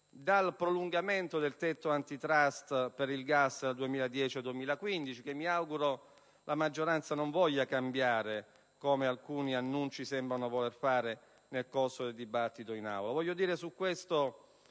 il prolungamento del tetto *antitrust* per il gas dal 2010 al 2015 che, mi auguro, la maggioranza non voglia cambiare, come alcuni annunci sembrano voler fare, nel corso del dibattito in Aula.